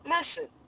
Listen